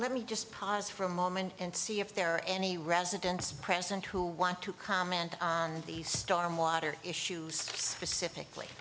let me just pause for a moment and see if there are any residents present who want to comment on the storm water issues specifically